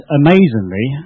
amazingly